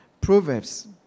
Proverbs